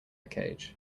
cage